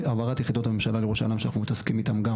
והחלטות הממשלה לירושלים שאנחנו מתעסקים איתם גם,